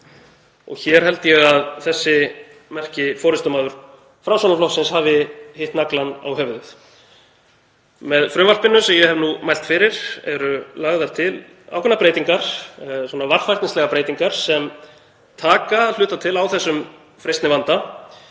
Hér held ég að þessi merki forystumaður Framsóknarflokksins hafi hitt naglann á höfuðið. Með frumvarpinu sem ég hef nú mælt fyrir eru lagðar til ákveðnar breytingar, varfærnislegar breytingar sem taka að hluta til á þessum freistnivanda.